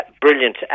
Brilliant